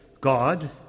God